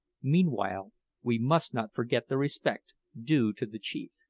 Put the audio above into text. meanwhile we must not forget the respect due to the chief.